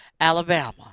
Alabama